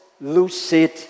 lucid